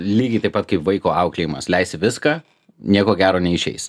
lygiai taip pat kaip vaiko auklėjimas leisi viską nieko gero neišeis